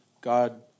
God